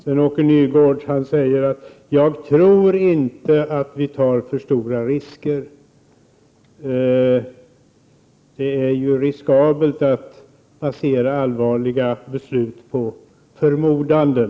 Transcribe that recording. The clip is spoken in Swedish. Herr talman! Sven-Åke Nygårds sade: Jag tror inte att vi tar för stora risker. Det är riskabelt att basera allvarliga beslut på förmodanden.